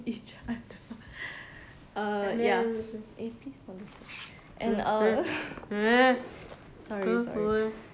each other uh ya and uh sorry sorry